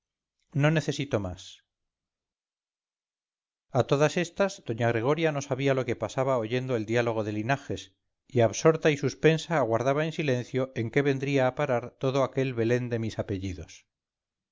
no necesito más a todas estas doña gregoria no sabía lo que pasaba oyendo el diálogo de linajes y absorta y suspensa aguardaba en silencio en qué vendría a parar todo aquel belén de mis apellidos